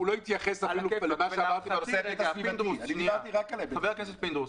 הוא לא התייחס --- אני דיברתי רק על ההיבט --- חבר הכנסת פינדרוס,